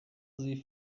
sie